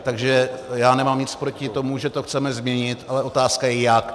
Takže já nemám nic proti tomu, že to chceme změnit, ale otázka je jak.